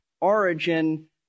origin